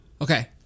Okay